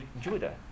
Judah